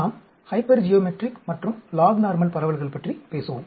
நாம் ஹைப்பர்ஜியோமெட்ரிக் மற்றும் log normal பரவல்கள் பற்றி பேசுவோம்